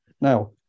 Now